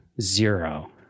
zero